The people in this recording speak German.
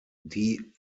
die